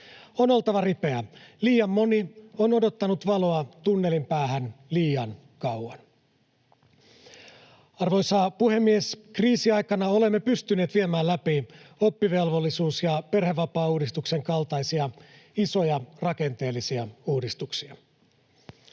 On oltava ripeä — liian moni on odottanut valoa tunnelin päähän liian kauan. Arvoisa puhemies! Kriisiaikana olemme pystyneet viemään läpi oppivelvollisuus- ja perhevapaauudistuksen kaltaisia isoja rakenteellisia uudistuksia.